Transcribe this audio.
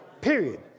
Period